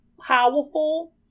powerful